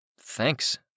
Thanks